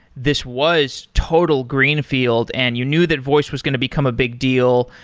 this was total greenfield and you knew that voice was going to become a big deal,